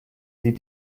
sie